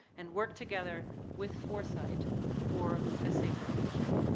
and work together with foresight for a safer future.